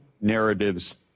narratives